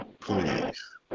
please